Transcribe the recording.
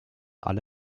alle